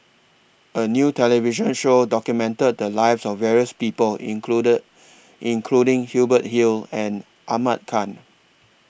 A New television Show documented The Lives of various People incleded including Hubert Hill and Ahmad Khan